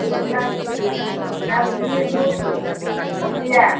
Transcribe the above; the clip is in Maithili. दू सब्जी सब्जी दू गो भुँजिआ